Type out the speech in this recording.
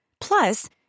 Plus